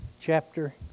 chapter